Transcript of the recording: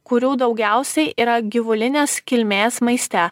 kurių daugiausiai yra gyvulinės kilmės maiste